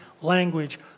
language